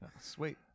Sweet